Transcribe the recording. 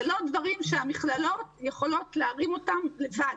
אלה לא דברים שהמכללות יכולות להרים אותם לבד.